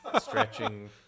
stretching